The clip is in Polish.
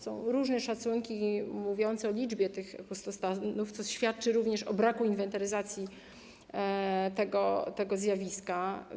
Są różne szacunki mówiące o liczbie tych pustostanów, co świadczy również o braku inwentaryzacji tego zjawiska.